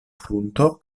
frunto